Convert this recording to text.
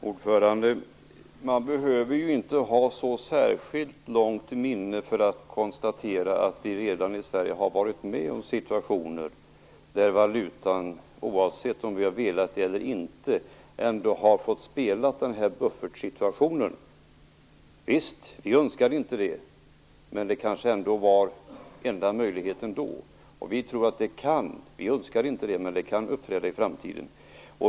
Herr talman! Man behöver inte ha så särskilt långt minne för att konstatera att vi i Sverige redan har varit med om situationer där valutan, oavsett om vi har velat det eller inte, har fått spela en roll som buffert. Vi önskade inte det. Men då var det kanske ändå den enda möjligheten. Vi tror - vi önskar inte det, men vi tror - att det kan uppträda en liknande situation i framtiden.